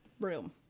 room